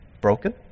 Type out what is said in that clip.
broken